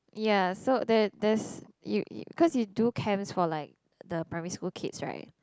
ya so there there's you you cause you do camps for like the primary school kids right